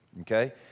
Okay